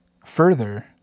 Further